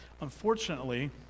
unfortunately